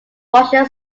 russian